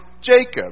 Jacob